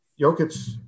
Jokic